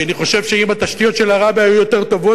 כי אני חושב שאם התשתיות של עראבה היו יותר טובות,